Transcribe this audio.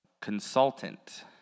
consultant